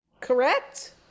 Correct